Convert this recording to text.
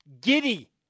giddy